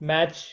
Match